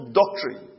doctrine